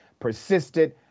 persisted